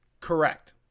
Correct